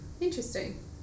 Interesting